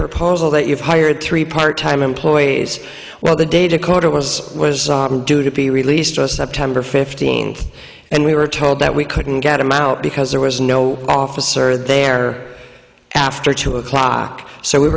proposal that you've hired three part time employees while the data quarter was was due to be released last september fifteenth and we were told that we couldn't get them out because there was no officer there after two o'clock so we